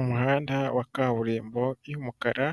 Umuhanda wa kaburimbo y'umukara,